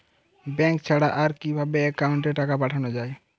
Bank ছাড়া আর কিভাবে একাউন্টে টাকা পাঠানো য়ায়?